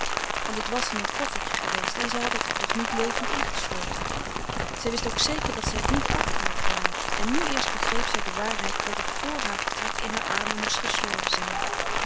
want het was in een koffertje geweest en zij had het er toch niet levend in gesloten zij wist ook zeker dat zij het niet achter had gelaten en nu eerst begreep zij de waarheid dat het vr haar vertrek in haar armen moest gestorven zijn